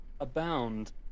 abound